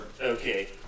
Okay